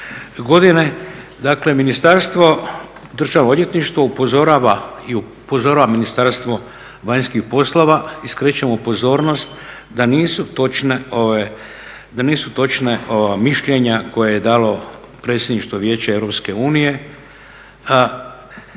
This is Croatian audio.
godine. Dakle, ministarstvo, Državno odvjetništvo upozorava i Ministarstvo vanjskih poslova i skrećemo pozornost da nisu točna mišljenja koje je dalo predsjedništvo Vijeća EU.